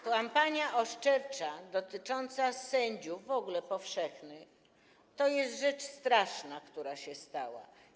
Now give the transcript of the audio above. Kampania oszczercza dotycząca sędziów w ogóle powszechnych to jest rzecz straszna, która się stała.